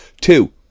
two